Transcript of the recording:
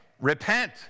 repent